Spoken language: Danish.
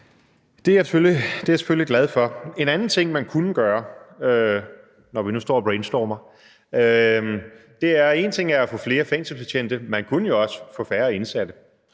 Det er jeg selvfølgelig glad for. En anden ting, man kunne gøre – når vi nu står og brainstormer – handler om: En ting er at få flere fængselsbetjente, men man kunne jo også få færre indsatte.